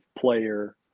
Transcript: player